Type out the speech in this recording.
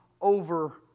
over